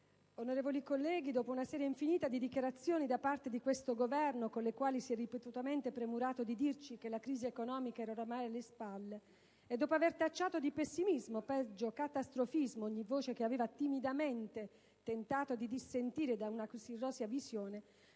onorevoli colleghi, dopo una serie infinita di dichiarazioni da parte di questo Governo, sulla base delle quali si è ripetutamente premurato di dirci che la crisi economica era ormai alle spalle, e dopo aver tacciato di pessimismo (peggio, catastrofismo) ogni voce che aveva timidamente tentato di dissentire da una così rosea visione,